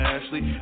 Ashley